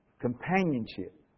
companionship